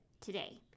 today